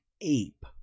ape